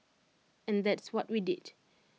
and that's what we did